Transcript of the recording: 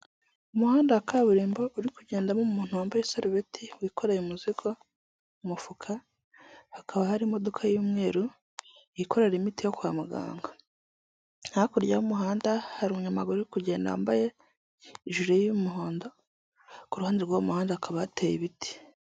Umuhanda wa kaburimbo uri kugendamo umuntu wambaye isarubeti wikoreye umuzigo mu mufuka, hakaba hari imodoka y'umweru yikorera imiti yo kwa muganga, hakurya y'umuhanda hari umunyamaguru uri kugenda wambaye ijire y'umuhondo, ku ruhande rw'uwo muhanda hakaba hateye ibiti.